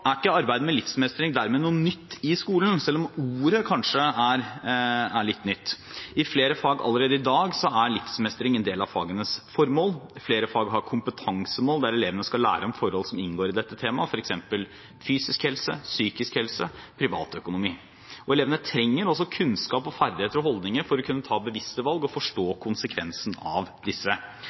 med livsmestring er ikke dermed noe nytt i skolen, selv om ordet kanskje er litt nytt. I flere fag, allerede i dag, er livsmestring en del av fagenes formål. Flere fag har kompetansemål der elevene skal lære om forhold som inngår i dette temaet, f.eks. fysisk og psykisk helse og privatøkonomi. Elevene trenger kunnskap, ferdigheter og holdninger for å kunne ta bevisste valg og forstå konsekvensene av disse.